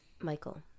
Michael